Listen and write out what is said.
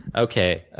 okay.